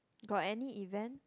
got any event